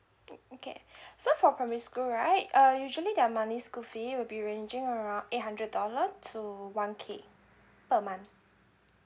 mm okay so for primary school right uh usually their monthly school fee will be ranging around eight hundred dollar to one K per month